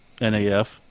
NAF